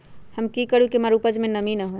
हम की करू की हमार उपज में नमी होए?